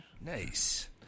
Nice